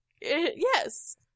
Yes